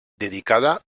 dedicada